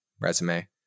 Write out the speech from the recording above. resume